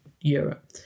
Europe